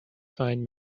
find